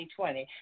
2020